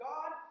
God